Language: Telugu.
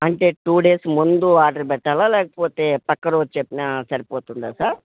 అంటే టూ డేస్ ముందు ఆర్డర్ పెట్టాలా లేకపోతే పక్క రోజు చెప్పినా సరిపోతుందా సార్